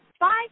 Five